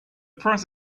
price